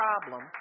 problem